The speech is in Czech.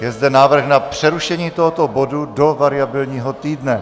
Je zde návrh na přerušení tohoto bodu do variabilního týdne.